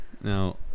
Now